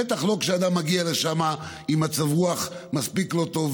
בטח לא כשאדם מגיע לשם עם מצב רוח מספיק לא טוב,